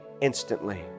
instantly